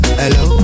hello